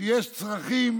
שיש צרכים